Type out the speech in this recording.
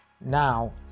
now